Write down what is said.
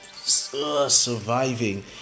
surviving